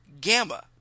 Gamma